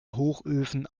hochöfen